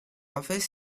office